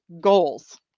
goals